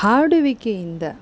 ಹಾಡುವಿಕೆಯಿಂದ